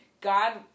God